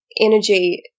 energy